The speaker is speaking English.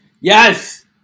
yes